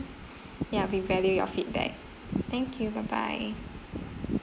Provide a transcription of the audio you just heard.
ya we value your feedback thank you bye bye